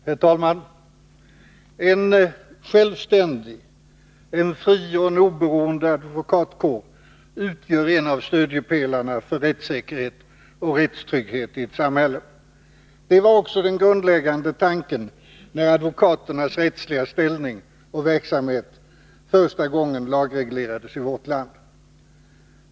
Herr talman! En självständig, fri och oberoende advokatkår utgör en av stöttepelarna för rättssäkerhet och rättstrygghet i ett samhälle. Det var också den grundläggande tanken när advokaternas rättsliga ställning och verksam het första gången lagreglerades i vårt land.